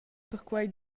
perquei